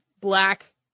black